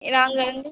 நாங்கள் வந்து